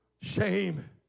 shame